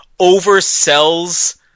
oversells